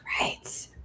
Right